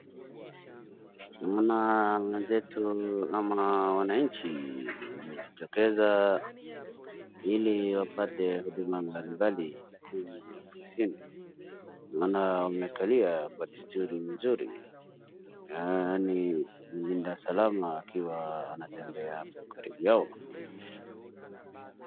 Naona mwezetu ama wanachi wanajitokeza iliwapate huduma mbalimbali humu ofisini. Naona wamekalia pakustuli mzuri , yaani mlinda salama akiwa anatembea kwa karibu yao.